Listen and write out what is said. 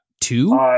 Two